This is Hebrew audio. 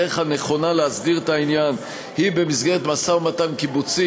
הדרך הנכונה להסדיר את העניין היא במסגרת משא-ומתן קיבוצי,